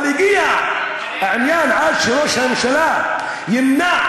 אבל הגיע העניין עד שראש הממשלה ימנע,